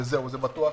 וזה בטוח.